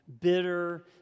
bitter